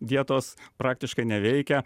dietos praktiškai neveikia